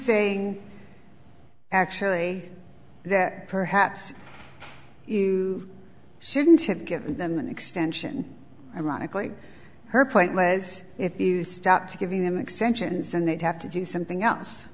saying actually that perhaps you shouldn't have given them an extension ironically her point was if you stopped giving them extensions and they'd have to do something else